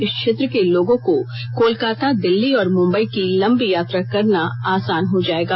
इस क्षेत्र के लोगों को कोलकाता दिल्ली और मुंबई की लंबी यात्रा करना आसान हो जाएगा